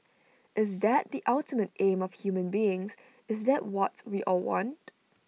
is that the ultimate aim of human beings is that what we all want